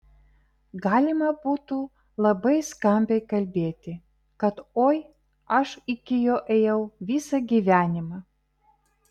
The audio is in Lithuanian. galima būtų labai skambiai kalbėti kad oi aš iki jo ėjau visą gyvenimą